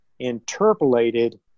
interpolated